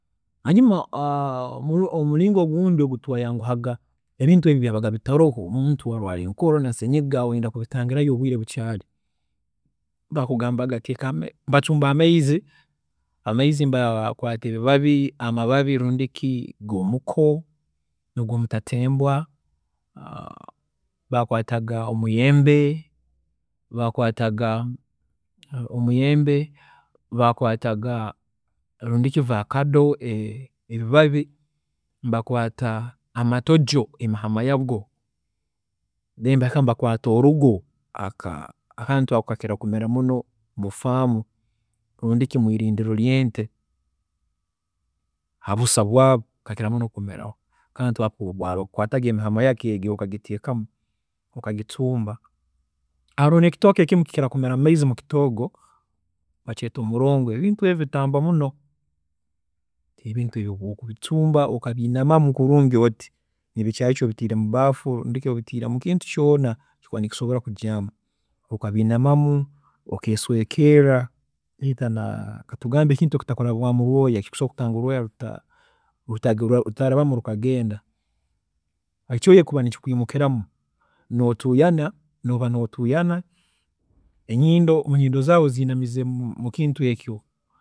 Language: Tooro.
﻿Hanyuma omu- omuringo ogundi ogutwaayanguhaga ebintu obu byabaga bitaroho omuntu orwaara enkoorro na senyiga oyenda kubitangirayo obwiire bukyaari, baakugambaga teeka, bacumba amaizi, amaizi nibakwata amababi rundi ki g'omuko, nigwo omutateembwa, baakwataga omuyembe, baakwaataga omuyembe, baakwaataga rundi ki vacado, ebibabi nibakwaata amatojo emihamma yago, then nibagaruka nibakwaata orugo, aka- akantu ako nikamera muno mu faamu rundi ki mwiirindiro ry'ente, habusa bwaago, kakira muno kumeraho, akantu ako twaakwaataga emirama yako okagiteekaho, okagicuumba, haroho n'ekitooke kimu kikira kumera mumaizi mukitoogo, bakyeeta omurongo ebintu ebi bitamba muno, ebintu ebi obu okubicumba okabiinamamu kulungi oti, ebikyaakya obitaire mu baafu rundi ki obitiire mukintu kyoona ekiba nikisobola kujyaamu, okabiinamamu, okeesweekeerra either na katugambe nekintu ekitasobola kulabamu lwooya, ekisobola kutanga olwooya lutalabamu rukagenda, ekyooya ekikuba nikikwiimukiramu, notuuyana, nooba nootuyana enyindo, enyindo zaawe oziinamiize mukintu eki